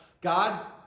God